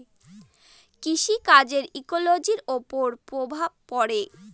কৃষি কাজের ইকোলোজির ওপর প্রভাব পড়ে